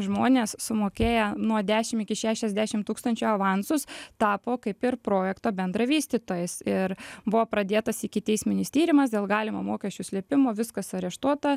žmonės sumokėję nuo dešim iki šešiasdešim tūkstančių avansus tapo kaip ir projekto bendravystytojais ir buvo pradėtas ikiteisminis tyrimas dėl galimo mokesčių slėpimo viskas areštuota